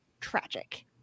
tragic